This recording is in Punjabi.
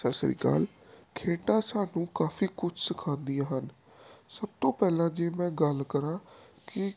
ਸਤਿ ਸ਼੍ਰੀ ਅਕਾਲ ਖੇਡਾਂ ਸਾਨੂੰ ਕਾਫੀ ਕੁਝ ਸਿਖਾਉਂਦੀਆਂ ਹਨ ਸਭ ਤੋਂ ਪਹਿਲਾਂ ਜੇ ਮੈਂ ਗੱਲ ਕਰਾਂ ਕਿ